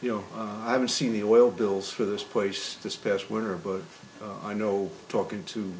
you know i've seen the oil bills for this place this past winter but i know talking to